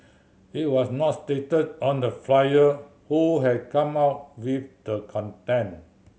it was not stated on the flyer who had come up with the content